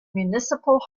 municipal